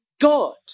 God